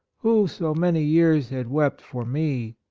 who so many years had wept for me,